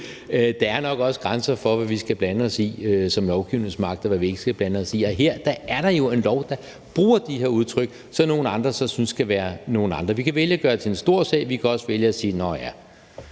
igen nok også grænser for, hvad vi som lovgivningsmagt skal blande sig i, og hvad vi ikke skal blande os i, og her er der jo en lov, der bruger de her udtryk, som nogle andre synes skal være nogle andre. Vi kan vælge at gøre det til en stor sag. Vi kan også vælge at sige nå ja.